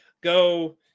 go